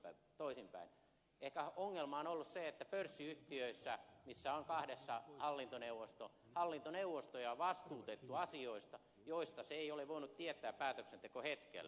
ehkä ongelma on ollut se että pörssiyhtiöissä missä on kahdessa hallintoneuvosto hallintoneuvostoja on vastuutettu asioista joista se ei ole voinut tietää päätöksentekohetkellä